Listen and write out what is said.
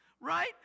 Right